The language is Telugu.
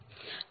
08 p